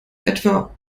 etwa